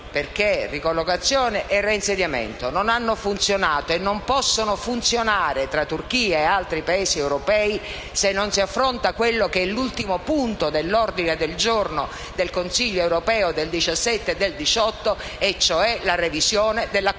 che la ricollocazione e il reinsediamento non hanno funzionato e non possono funzionare tra Turchia e altri Paesi europei se non si affronta l'ultimo punto dell'ordine del giorno del Consiglio europeo del 17 e del 18 marzo, cioè la revisione dell'accordo